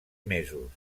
mesos